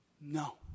No